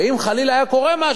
ואם חלילה היה קורה משהו,